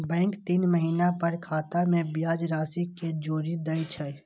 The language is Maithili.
बैंक तीन महीना पर खाता मे ब्याज राशि कें जोड़ि दै छै